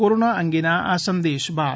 corona અંગેના આ સંદેશ બાદ